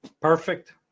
Perfect